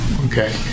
okay